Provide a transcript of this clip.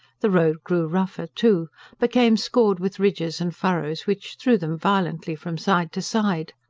the road grew rougher, too became scored with ridges and furrows which threw them violently from side to side.